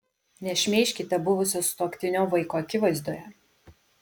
nešmeižkite buvusio sutuoktinio vaiko akivaizdoje